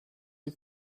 sie